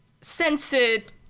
censored